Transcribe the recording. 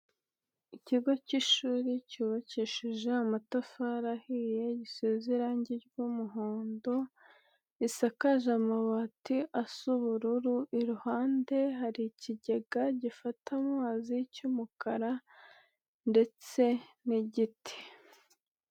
Ikigo k'ishuri cyubakisheje amatafari ahiye, gisize irangi ry'umuhondo, risakaje amabati asa ubururu, iruhande hari ikigega gifata amazi cy'umukara ndetse n'igiti.